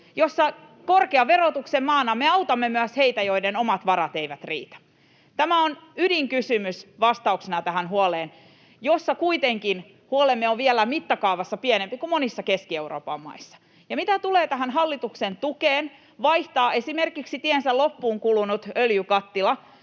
jossa korkean verotuksen maana me autamme myös heitä, joiden omat varat eivät riitä. Tämä on ydinkysymys vastauksena tähän huoleen, joka kuitenkin on vielä mittakaavaltaan pienempi kuin monissa Keski-Euroopan maissa. Mitä tulee tähän hallituksen tukeen vaihtaa esimerkiksi tiensä loppuun kulunut öljykattila